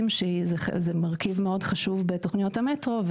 שזה מרכיב מאוד חשוב בתוכניות המטרו,